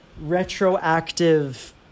retroactive